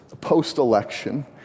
post-election